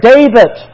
David